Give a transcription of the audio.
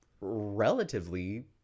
relatively